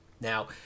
Now